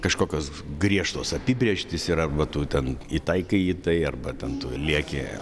kažkokios griežtos apibrėžtys yra va tu ten įtaikai į tai arba ten tu lieki